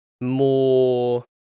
more